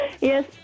Yes